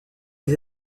les